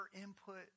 input